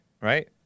right